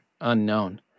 Unknown